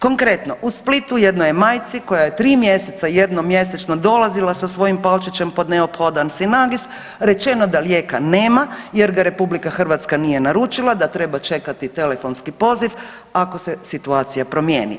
Konkretno u Splitu jednoj je majci koja je 3 mjeseca jednom mjesečno dolazila sa svojim Palčićem po neophodan Synagis rečeno da lijeka nema jer ga RH nije naručila, da treba čekati telefonski poziv ako se situacija promijeni.